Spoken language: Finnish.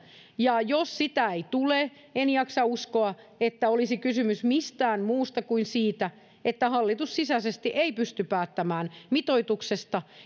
ja jos sitä ei tule en jaksa uskoa että olisi kysymys mistään muusta kuin siitä että hallitus sisäisesti ei pysty päättämään mitoituksesta